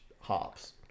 Hops